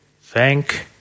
thank